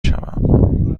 شوم